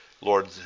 Lord